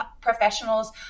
professionals